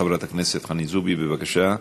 חברת הכנסת חנין זועבי, בבקשה.